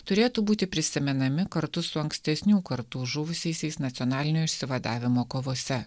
turėtų būti prisimenami kartu su ankstesnių kartų žuvusiaisiais nacionalinio išsivadavimo kovose